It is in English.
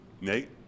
nate